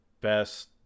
best